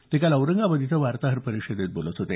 ते काल औरंगाबाद इथं वार्ताहर परिषदेत बोलत होते